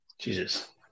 Jesus